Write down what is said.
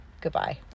Goodbye